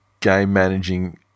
game-managing